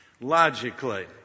Logically